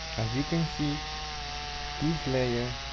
as you can see this layer